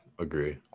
agree